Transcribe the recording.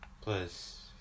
Plus